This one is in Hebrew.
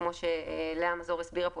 כמו שלאה מזור הסבירה פה,